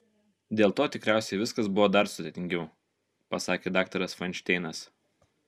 dėl to tikriausiai viskas buvo dar sudėtingiau pasakė daktaras fainšteinas